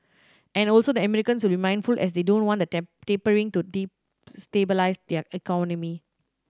and also the Americans will be mindful as they don't want the tapering to destabilise their economy